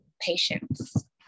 patience